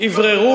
אווררו